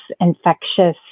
infectious